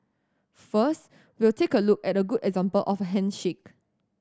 first we'll take a look at a good example of handshake